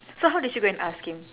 so how did you go and ask him